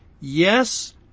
Yes